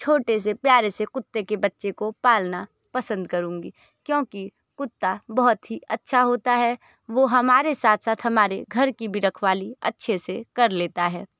छोटे से प्यारे से कुत्ते के बच्चे को पालना पसंद करूंगी क्योंकि कुत्ता बहुत ही अच्छा होता है वह हमारे साथ साथ हमारे घर कि भी रखवाली अच्छे से कर लेता है